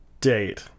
Date